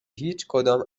هیچکدام